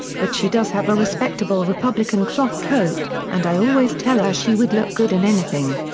but she does have a respectable republican cloth coat, and i always tell her she would look good in anything.